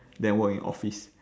than work in office